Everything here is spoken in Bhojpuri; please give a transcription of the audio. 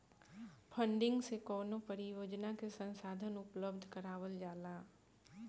फंडिंग से कवनो परियोजना के संसाधन उपलब्ध करावल जाला